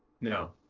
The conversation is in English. no